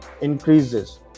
increases